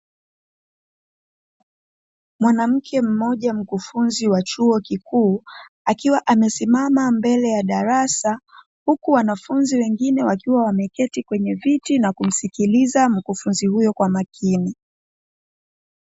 Mwanamke mmoja mkufunzi wa chuo kikuu akiwa amesimama mbele ya darasa, huku wanafunzi wengine wakiwa wameketi kwenye viti na kumsikiliza mkufunzi huyo kwa makini.